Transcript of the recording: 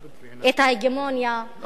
את ההגמוניה האירנית.